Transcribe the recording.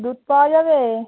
দুধ পাওয়া যাবে